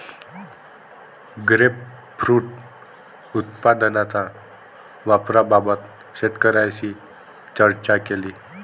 grapefruit उत्पादनाच्या वापराबाबत शेतकऱ्यांशी चर्चा केली